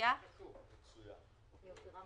מלכ"רים ומשרדי ממשלה אחרים